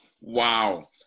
Wow